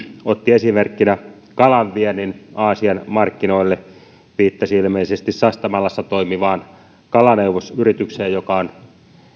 otti esimerkkinä kalanviennin aasian markkinoille viittasi ilmeisesti sastamalassa toimivaan kalaneuvos yritykseen joka on